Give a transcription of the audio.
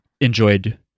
enjoyed